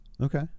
okay